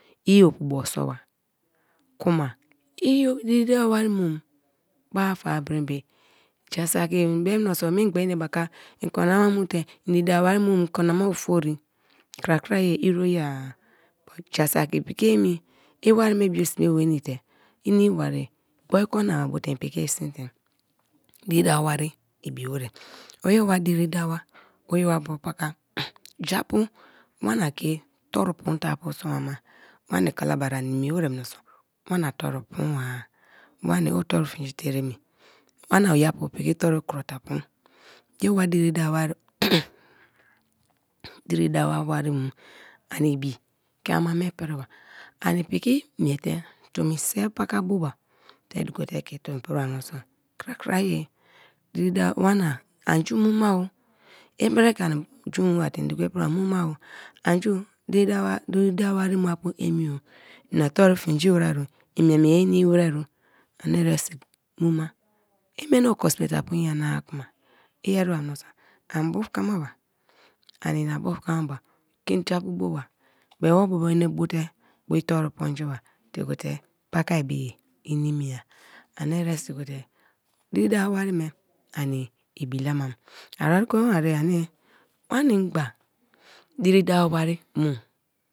I opubo soba kuma idiri da wari mu ba fa berenbe ja saki i menso mengba enebaka en kon nama mute en diri da wari mu kon nama ofori krakraye iroye-a kuma ja-a saki piki emi i wari be bio sme nweni te i nimi bare-e gboin kon nama bote en piki i sinte. Diri da wari ibi warari. O ye wa diri dawa, o ye bro paka, japu wani ke toru poonte a pu so ma ma. Wani kalabari a nimi warai meniso wana toru poonwa-a, wani o toru fingite erame, wana oyipu piki toru kro te apu; o ye wa din dawa diri dawa wari mu, ani ibi ke ama me pri ba ani piki miete tomi sie paka bo ba te du ko te ke tomi priba menso krakraye diri dawa wana anju mu ma o i bere ke anju mu ba te, en duko priba anju mu apu emi-o ina toru fingi warar o, en mie mie ye nimi irarari o ani eresi mu ma. I meni oko sme te apu nyana-a kuma i ereba menso ani bufakmaba, ani ina bufakmaba ke japu bote me bo me bo ine bote bo i toru poonjiba tiegote paka be ye i nimiya; ani eresi gote diri da wari me ani ibi la mam. Ari ekwen baraye ani wani gba diri da wari mu.